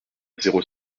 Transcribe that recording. zéro